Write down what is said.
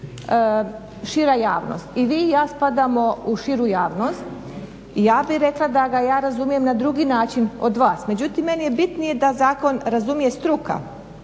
šira javnost. I vi i ja spadamo u širu javnost i ja bih rekla da ga ja razumijem na drugi način od vas, međutim meni je bitnije da zakon razumije struka